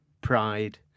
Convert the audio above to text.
Pride